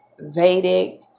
Vedic